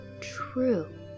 true